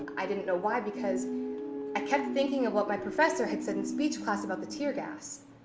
i didn't know why, because i kept thinking of what my professor had said in speech class about the tear gas.